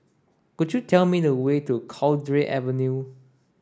could you tell me the way to Cowdray Avenue